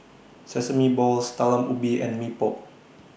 Sesame Balls Talam Ubi and Mee Pok